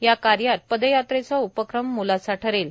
या कार्यात पदयाव्रेचा उपक्रम मोलाचा ठरेल